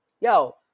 yo